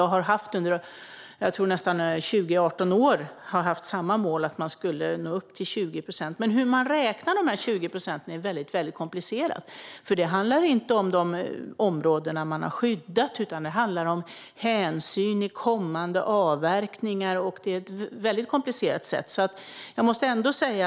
Man har haft samma mål, att nå upp till 20 procent, under 18-20 år. Men hur man räknar dessa 20 procent är väldigt komplicerat, för det handlar inte om de områden man har skyddat utan om hänsyn i kommande avverkningar. Det är ett komplicerat sätt att räkna.